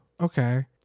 okay